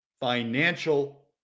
financial